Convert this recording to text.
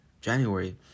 January